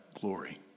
glory